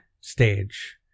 stage